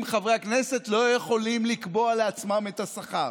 שחברי הכנסת לא יכולים לקבוע לעצמם את השכר,